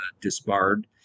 disbarred